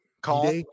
call